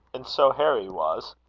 and so harry was.